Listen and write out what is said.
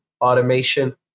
automation